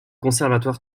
conservatoire